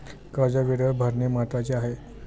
कर्ज वेळेवर भरणे महत्वाचे आहे